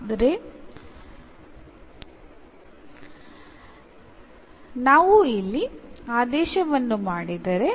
ಆದರೆ ನಾವು ಇಲ್ಲಿ ಆದೇಶವನ್ನು ಮಾಡಿದರೆ